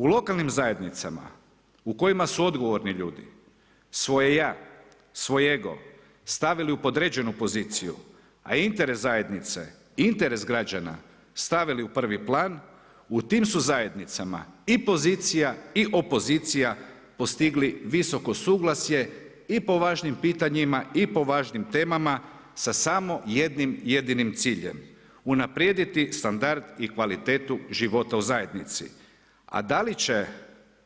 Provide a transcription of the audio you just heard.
U lokalnim zajednicama u kojima su odgovorni ljudi, svoje ja, svoj ego stavili u podređenu poziciju a interes zajednice, interes građana stavili u prvi plan, u tim su zajednicama i pozicija i opozicija postigli visoko suglasje i po važnim pitanjima i po važnim temama sa samo jednim jedinim ciljem, unaprijediti standard i kvalitetu života u zajednici a da li će